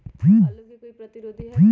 आलू के कोई प्रतिरोधी है का?